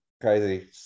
crazy